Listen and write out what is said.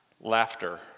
Laughter